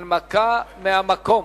הנמקה מהמקום.